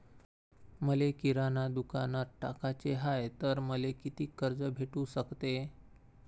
मले किराणा दुकानात टाकाचे हाय तर मले कितीक कर्ज भेटू सकते?